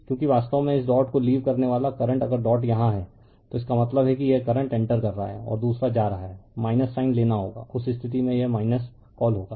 क्योंकि वास्तव में इस डॉट को लीव करने वाला करंट अगर डॉट यहाँ है तो इसका मतलब है कि यह करंट इंटर कर रहा है और दूसरा जा रहा है साइन लेना होगा उस स्थिति में यह कॉल होगा